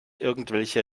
irgendwelche